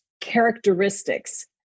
characteristics